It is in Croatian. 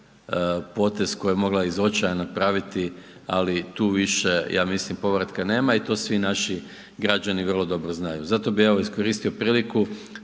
potez koji je mogla iz očaja napraviti, ali tu više, ja mislim, povratka nema i to svi naši građani vrlo dobro znaju. Zato bih evo, iskoristio priliku